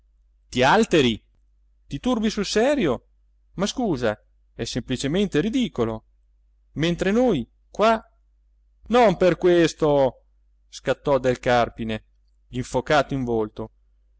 ti alteri ti turbi sul serio ma scusa è semplicemente ridicolo mentre noi qua non per questo scattò del carpine infocato in volto